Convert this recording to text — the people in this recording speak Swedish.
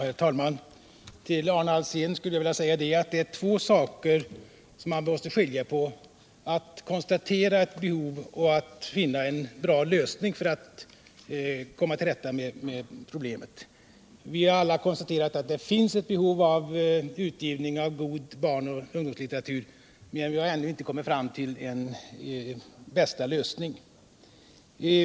Herr talman! Till Arne Alsén vill jag säga att man måste skilja på två saker: att konstatera ett behov och att finna en bra lösning för att komma till rätta med problemet. Vi har alla konstaterat att det finns ett behov av utgivning av god barn och ungdomslitteratur. men vi har ännu inte kommit fram till den bästa lösningen.